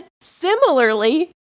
similarly